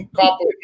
couple